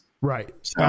Right